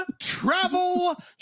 travel